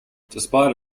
despite